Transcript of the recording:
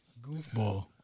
Goofball